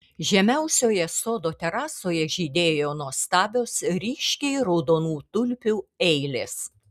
žemiausioje sodo terasoje žydėjo nuostabios ryškiai raudonų tulpių eilės